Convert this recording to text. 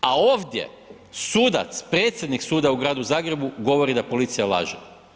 A ovdje sudac, predsjednik suda u gradu Zagrebu govori da policija laže.